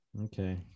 okay